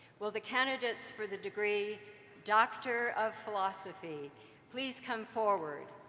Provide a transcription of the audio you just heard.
will the candidates for the degree doctor of philosophy please come forward?